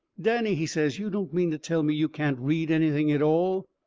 danny, he says, you don't mean to tell me you can't read anything at all?